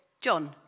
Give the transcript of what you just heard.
John